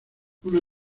una